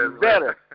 better